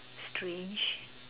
strange